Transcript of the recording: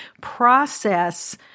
process